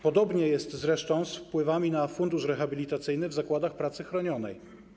Podobnie jest zresztą z wpływami na fundusz rehabilitacyjny w zakładach pracy chronionej.